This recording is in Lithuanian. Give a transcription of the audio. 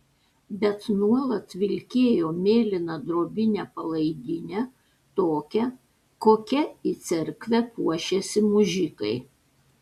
bet nuolat vilkėjo mėlyną drobinę palaidinę tokią kokia į cerkvę puošiasi mužikai